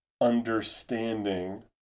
understanding